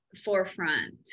forefront